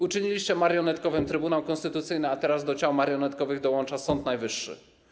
Uczyniliście marionetkowym Trybunał Konstytucyjny, a teraz do ciał marionetkowych dołącza Sąd Najwyższy.